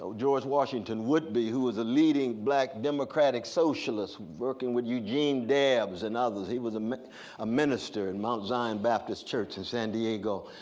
george washington woodbey who was leading black democratic socialists, working with eugene debs and others. he was a ah minister in mt. zion baptist church in san diego,